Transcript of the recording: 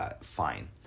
fine